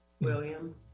William